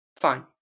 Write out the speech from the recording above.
Fine